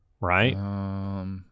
Right